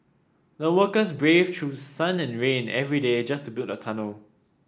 the workers braved through sun and rain every day just to build the tunnel